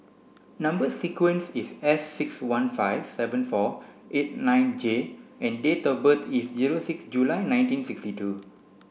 number sequence is S six one five seven four eight nine J and date of birth is zero six July nineteen sixty two